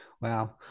Wow